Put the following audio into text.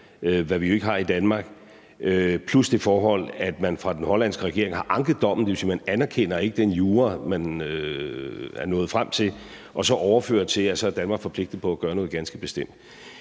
hvad vi jo ikke har i Danmark, plus det forhold, at man fra den hollandske regerings side har anket dommen, det vil sige, at man ikke anerkender den jura, man er nået frem til, og så overføre det til, at Danmark er forpligtet på at gøre noget ganske bestemt.